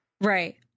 right